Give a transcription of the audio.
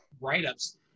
write-ups